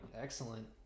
Excellent